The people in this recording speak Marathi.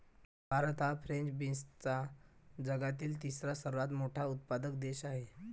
भारत हा फ्रेंच बीन्सचा जगातील तिसरा सर्वात मोठा उत्पादक देश आहे